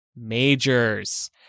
majors